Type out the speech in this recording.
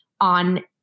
on